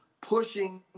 pushing